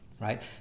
right